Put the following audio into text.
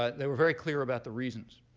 but they were very clear about the reasons.